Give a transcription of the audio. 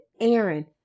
Aaron